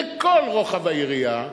לכל רוחב היריעה,